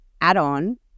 add-on